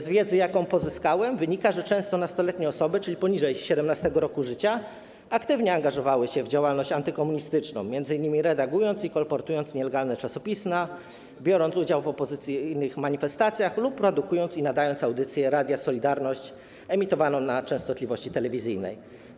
Z wiedzy, jaką pozyskałem, wynika, że osoby nastoletnie, czyli poniżej 17. roku życia, często aktywnie angażowały się w działalność antykomunistyczną, m.in. redagując i kolportując nielegalne czasopisma, biorąc udział w opozycyjnych manifestacjach lub produkując i nadając audycje Radia Solidarność emitowane na częstotliwości telewizyjnej.